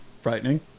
frightening